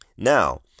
Now